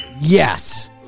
Yes